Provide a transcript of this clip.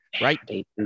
right